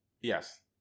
Yes